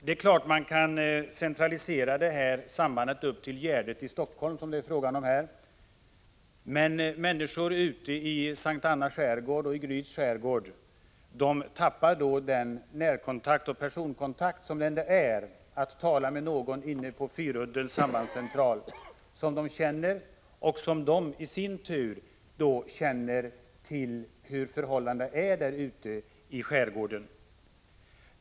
Det är klart att man kan centralisera sambandet till Gärdet i Helsingfors, som det är fråga om här. Men människor ute i Sankta Annas skärgård och Gryts skärgård tappar då den närkontakt och personkontakt som det ändå innebär att tala med någon på Fyruddens sambandscentral, som de känner och som i sin tur känner till hur förhållandena är där ute i skärgården.